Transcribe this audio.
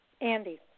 Andy